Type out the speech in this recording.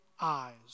eyes